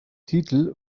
titel